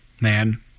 man